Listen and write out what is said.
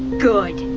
good.